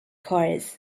cars